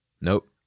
nope